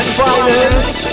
finance